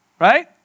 Right